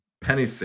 Penny